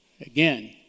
Again